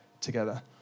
together